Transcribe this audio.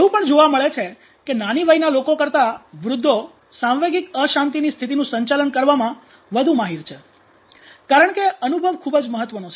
એવું પણ જોવા મળે છે કે નાની વયના લોકો કરતા વૃદ્ધો સાંવેગિક અશાંતિની સ્થિતિનું સંચાલન કરવામાં વધુ માહિર છે કારણ કે અનુભવ ખૂબ જ મહત્વનો છે